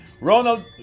Ronald